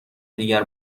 دیگر